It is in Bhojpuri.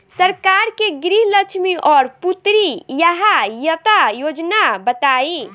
सरकार के गृहलक्ष्मी और पुत्री यहायता योजना बताईं?